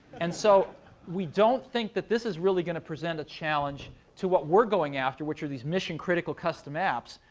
and so we don't think that this is really going to present a challenge to what we're going after, which are these mission-critical custom apps,